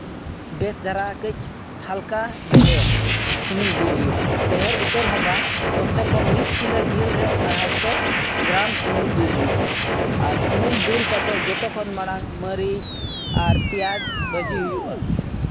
ᱵᱮᱥ ᱫᱷᱟᱨᱟ ᱠᱟᱺᱪ ᱦᱟᱞᱠᱟ ᱰᱷᱮᱨ ᱥᱩᱱᱩᱢ ᱫᱩᱞ ᱦᱩᱭᱩᱜᱼᱟ ᱰᱷᱮᱨ ᱩᱛᱟᱹᱨ ᱦᱚᱸ ᱵᱟᱝ ᱠᱚᱢ ᱥᱮ ᱠᱚᱢ ᱢᱤᱫ ᱠᱤᱞᱳ ᱡᱤᱞ ᱨᱮ ᱟᱲᱦᱟᱭ ᱥᱚ ᱜᱨᱟᱢ ᱥᱩᱱᱩᱢ ᱫᱩᱞ ᱦᱚᱭᱩᱜᱼᱟ ᱟᱨ ᱥᱩᱱᱩᱢ ᱫᱩᱞ ᱠᱟᱛᱮᱫ ᱡᱚᱛᱚ ᱠᱷᱚᱱ ᱢᱟᱲᱟᱝ ᱢᱟᱹᱨᱤᱪ ᱟᱨ ᱯᱮᱸᱭᱟᱡᱽ ᱵᱷᱟᱹᱡᱤ ᱦᱩᱭᱩᱜᱼᱟ